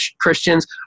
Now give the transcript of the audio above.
Christians